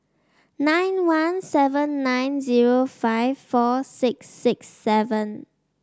nine one seven nine zero five four six six seven